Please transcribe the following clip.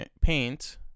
paint